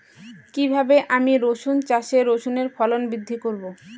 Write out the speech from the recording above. কীভাবে আমি রসুন চাষে রসুনের ফলন বৃদ্ধি করব?